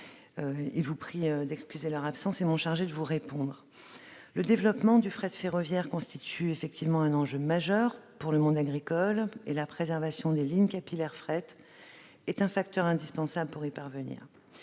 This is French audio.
vous prient d'excuser leur absence et m'ont chargée de vous répondre. Le développement du fret ferroviaire constitue effectivement un enjeu majeur pour le monde agricole, et la préservation des lignes capillaires de fret est un facteur indispensable pour y parvenir.